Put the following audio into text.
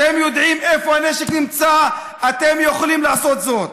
אתם יודעים איפה הנשק נמצא, אתם יכולים לעשות זאת.